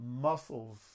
muscles